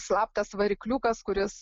slaptas varikliukas kuris